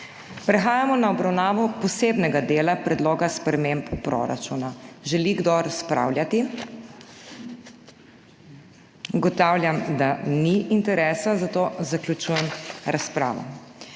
Prehajamo na obravnavo posebnega dela predloga sprememb proračuna. Želi kdo razpravljati? Ugotavljam, da ni interesa, zato zaključujem razpravo.